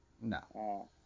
No